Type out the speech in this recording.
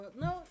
no